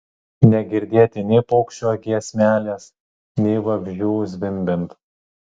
negirdėti nei paukščio giesmelės nei vabzdžių zvimbiant